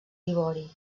ivori